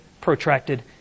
protracted